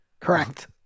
Correct